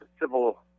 civil